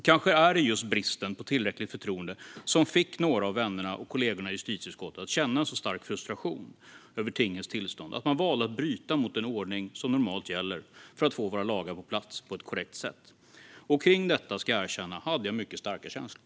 Kanske var det just bristen på tillräckligt förtroende som fick några av vännerna och kollegorna i justitieutskottet att känna en så stark frustration över tingens tillstånd att man valde att bryta mot den ordning som normalt gäller för att få våra lagar på plats på ett korrekt sätt. Kring detta, ska jag erkänna, hade jag mycket starka känslor.